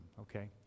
okay